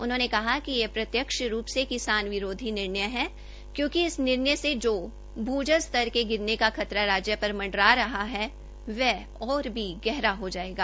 उन्होंने कहा कि यह प्रत्यक्ष रूप से किसान विरोधी निर्णय तो है क्योंकि इस निर्णय से जो भू जल स्तर के गिरने का खतरा राज्य पर मंडरा रहा है वह और भी गहरा हो जाएगा